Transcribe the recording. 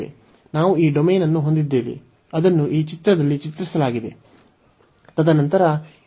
ನಾವು ಈ ಡೊಮೇನ್ ಅನ್ನು ಹೊಂದಿದ್ದೇವೆ ಅದನ್ನು ಈ ಚಿತ್ರದಲ್ಲಿ ಚಿತ್ರಿಸಲಾಗಿದೆ